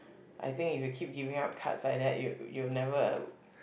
I think if you keep giving up cards like that you you'll never